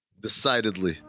Decidedly